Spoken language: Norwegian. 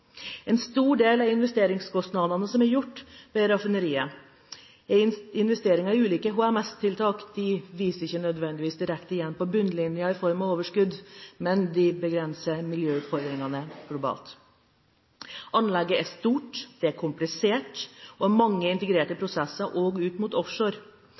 En stor del av investeringskostnadene som er gjort ved raffineriet, er investeringer i ulike HMS-tiltak. Disse viser seg ikke nødvendigvis direkte igjen på bunnlinjen i form av overskudd, men de begrenser miljøutfordringene globalt. Anlegget er stort, komplisert og har mange integrerte prosesser, også mot offshore.